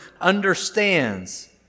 understands